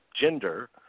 gender